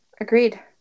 Agreed